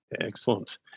Excellent